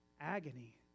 agony